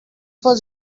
was